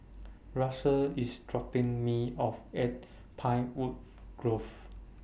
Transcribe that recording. Russell IS dropping Me off At Pinewood Grove